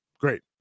great